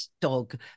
dog